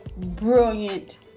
brilliant